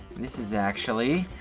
this is actually